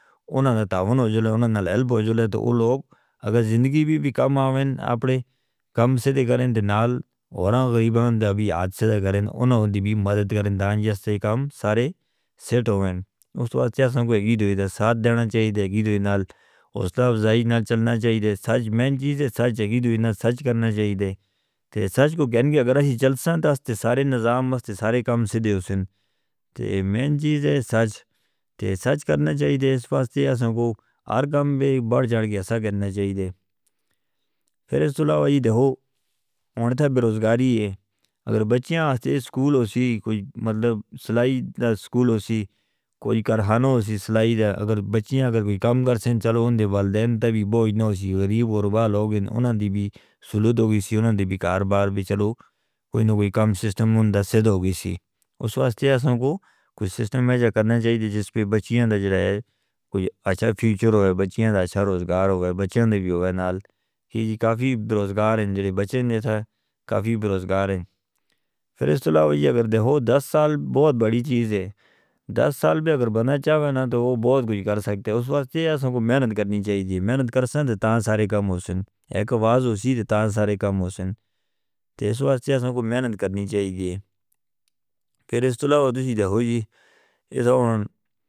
انہاں دا ہونا جلے انہاں دا لیب ہو جلے تو ہلوگ اگر زندگی بھی بیکام آویں اپنے کم سیدھے کرن دے نال ہوراں غریبندہ بھی آج سیدھے کرن انہاں دی بھی مدد کرن دانجے کم سارے سیٹ ہوویں۔ اس تو آتیہ سن کو ایک ایڈوی دے ساتھ دینا چاہیے تھا۔ ایڈوی نال اسلاف زائی نال چلنا چاہیے تھا۔ سچ مین چیز ہے سچ ایڈوی نال سچ کرنا چاہیے تھا۔ سچ کو کہنے اگر ہم چل سن تاستے سارے نظام تاستے سارے کم سیدھے ہسن تاستے مین چیز ہے سچ سچ کرنا چاہیے تھا۔ اس واسطے ہم کو ہر کم بے ایک بڑھ چڑھ گیا سچ کرنا چاہیے تھا۔ پھر اسطلاع ہوئی دے ہو انہوں تھا بے روزگاری ہے۔ اگر بچیاں ہاستے سکول ہو سی سلائی دا سکول ہو سی کوئی کارخانہ ہو سی سلائی دا اگر بچیاں اگر کوئی کم کرسن چلو اندے والدین تا بھی بوجھ نہ ہو سی۔ غریب غربہ لوگ ان انہاں دی بھی سلوت ہو گی سی انہاں دی بھی کاروبار بھی چلو کوئی نو کوئی کم سسٹم ہندہ سے ہو گی سی۔ اس واسطے ہم کو کوئی سسٹم ہے جا کرنا چاہیے تھا جس پہ بچیاں دا جڑا ہے کوئی اچھا فیوچر ہو ہے بچیاں دا اچھا روزگار ہو ہے بچیاں دے بھی ہو ہے نال کہ جی کافی روزگار ہیں جڑے بچیں دے تا کافی روزگار ہیں۔ پھر اسطلاع ہوئی ہے اگر دے ہو دس سال بہت بڑی چیز ہے۔ دس سال بھی اگر بنانا چاہوا نا تو وہ بہت کچھ کر سکتے۔ اس واسطے ہم کو محنت کرنی چاہیے تھی۔ محنت کرسن تاں سارے کم ہو سن ایک آواز ہو سی تاں سارے کم ہو سن۔ اس واسطے ہم کو محنت کرنی چاہیے تھی۔ پھر اسطلاع ہوئی دے ہو جی یہ داؤن.